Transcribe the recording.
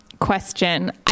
question